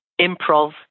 Improv